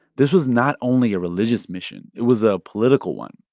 this was not only a religious mission. it was a political one.